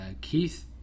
Keith